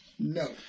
No